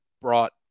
brought